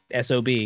SOB